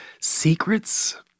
secrets